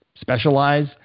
specialize